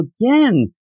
again